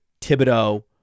Thibodeau